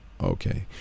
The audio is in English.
Okay